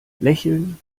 lächeln